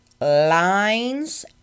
lines